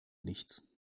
nichts